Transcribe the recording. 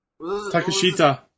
Takashita